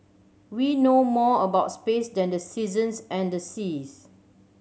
we know more about space than the seasons and the seas